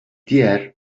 diğer